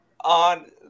on